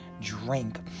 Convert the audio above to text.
drink